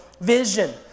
vision